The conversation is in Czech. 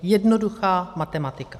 Jednoduchá matematika.